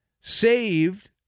saved